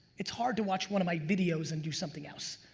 it's hard to watch one of my videos and do something else.